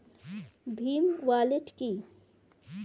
Bhim wallet কি?